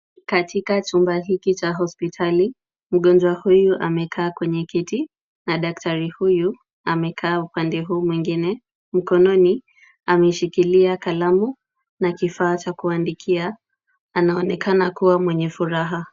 Katika chumba hiki cha hospitali, mgonjwa huyu amekaa kwenye kiti na daktari huyu amekaa upande huu mwingine. Mkononi ameshikilia kalamu na kifaa cha kuandikia. Anaonekana kuwa mwenye furaha.